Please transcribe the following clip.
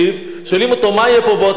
שואלים אותו: מה יהיה פה בעוד שנה?